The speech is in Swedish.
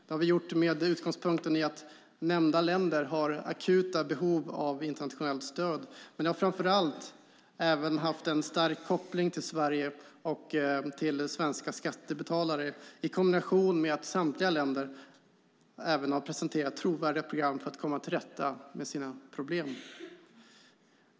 Det har vi gjort med utgångspunkt i att nämnda länder har akuta behov av internationellt stöd, men framför allt har de haft en stark koppling till Sverige och svenska skattebetalare i kombination med att samtliga länder även har presenterat trovärdiga program för att komma till rätta med sina problem.